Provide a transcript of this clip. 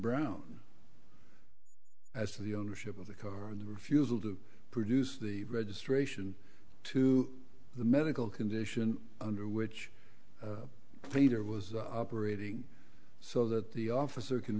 brown as to the ownership of the car and the refusal to produce the registration to the medical condition under which peter was operating so that the officer can